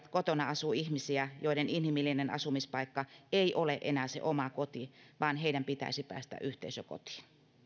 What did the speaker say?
kotona asuu ihmisiä joiden inhimillinen asumispaikka ei ole enää se oma koti vaan heidän pitäisi päästä yhteisökotiin